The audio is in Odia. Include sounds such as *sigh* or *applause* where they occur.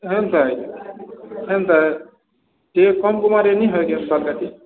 ଏନ୍ତା ହେ ଏନ୍ତା ହେ *unintelligible*